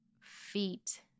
feet